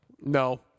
No